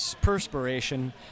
perspiration